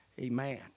Amen